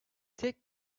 tek